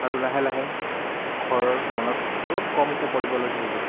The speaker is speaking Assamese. আৰু লাহে লাহে ঘৰৰ মনত অলপ কমকৈ পৰিবলৈ ধৰিল